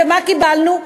ומה קיבלנו?